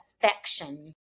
affection